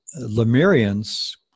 Lemurians